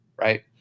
right